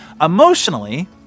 Emotionally